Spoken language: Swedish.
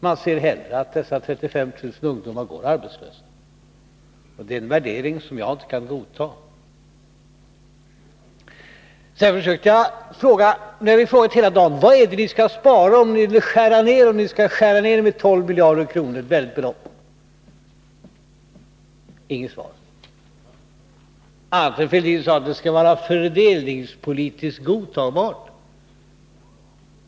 Man ser hellre att dessa 35 000 ungdomar går arbetslösa. Det är en värdering som jag inte kan godta. Vi har hela dagen frågat vad ni vill spara på, om det skall bli en nedskärning med 12 miljarder kronor, som ju är ett mycket stort belopp. Inget svar — annat än Thorbjörn Fälldins att det skall vara fördelningspolitiskt godtagbart.